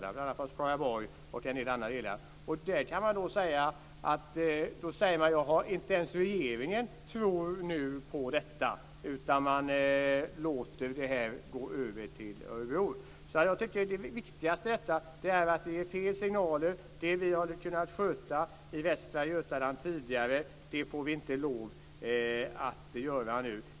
Nu säger man att inte ens regeringen tror på detta utan lägger över det hela på Örebro. Det viktigaste är att det blir fel signaler. Det vi tidigare har skött i Västra Götaland får vi inte göra nu.